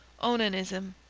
onanism.